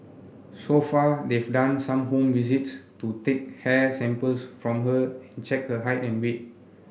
so far they've done some home visits to take hair samples from her and check her height and weight